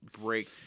break